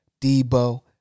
Debo